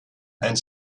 and